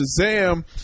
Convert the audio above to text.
shazam